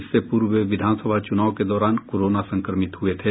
इससे पूर्व वे विधानसभा चुनाव के दौरान कोरोना संक्रमित हुए थे